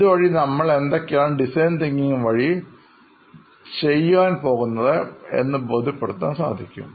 ഇതുവഴി നമ്മൾ എന്തൊക്കെയാണ് ഡിസൈൻ തിങ്കിംഗ് വഴി ചെയ്യാൻ പോകുന്നത് എന്ന് ബോധ്യപ്പെടുത്താൻ സാധിക്കും